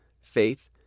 faith